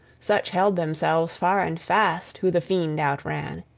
such held themselves far and fast who the fiend outran!